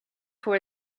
for